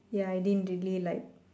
ya I didn't really like